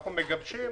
אנחנו מגבשים